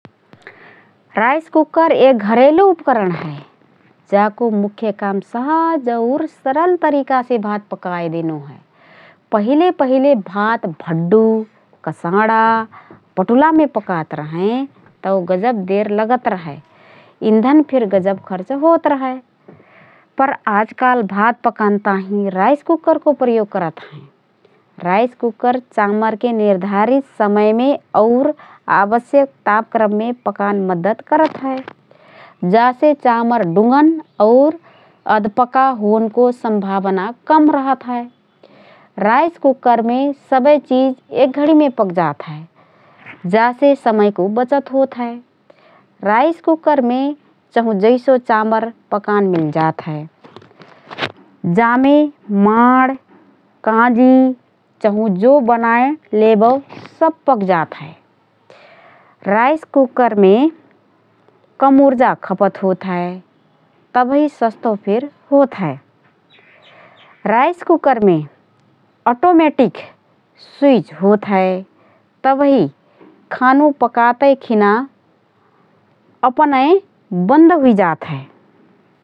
Rice cooker एक घरेलु उपकरण हए । जाको मुख्य काम सहज और सरल तरिकासे भात पकाए देनो हए । पहिले पहिले भात भडडु, कँसाडा, बटुलामे पकात रहएँ, तओ गजब देर लगत रहए । इन्धन फिर गजब खर्च होत रहए । पर आजकल भात पकान ताहिँ राइस कुकरको प्रयोग करत हएँ । राइस कुकर चामरके निर्धारित समयमे और आवश्यक तापक्रममे पकान मद्दत करत हए । जासे चामर डुँगन और अधपका होनको सम्भावना कम रहत हए । राइस कुकरमे सबए चिज एकघडिमे पकजात हए । जासे समयको बचत होतहए । राइस कुकरमे चहुँ जैसो चामर पकान मिल्जात हए । जामे माँड, काँजी चहुँ जो बनाए लेबओ सब पकजात हए । राइस कुकरमे कम उर्जा खपत होतहए । तबही सस्तो फिर होत हए । राइस कुकरमे अटोमेटिक स्विच होतहए तबही खानु पकतए खिना अपनए बन्द हुइजात हए ।